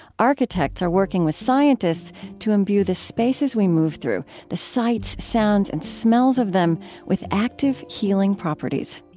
architects are working with scientists to imbue the spaces we move through the sights, sounds, and smells of them with active healing properties.